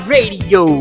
Radio